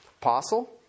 apostle